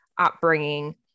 Upbringing